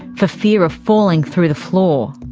for fear of falling through the floor.